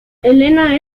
elena